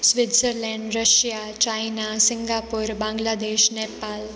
Switzerland Russia China Singapore Bangladesh Nepal